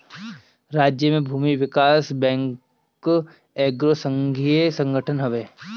राज्य के भूमि विकास बैंक एगो संघीय संगठन हवे